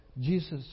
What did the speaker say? Jesus